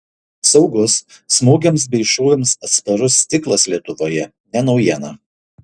saugus smūgiams bei šūviams atsparus stiklas lietuvoje ne naujiena